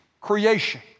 creation